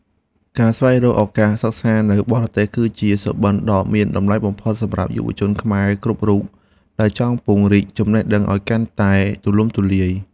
ការស្វែងរកឱកាសសិក្សានៅបរទេស គឺជាសុបិនដ៏មានតម្លៃបំផុតសម្រាប់យុវជនខ្មែរគ្រប់រូបដែលចង់ពង្រីកចំណេះដឹងឱ្យកាន់តែ ទូលំទូលាយ។